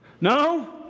No